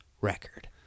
record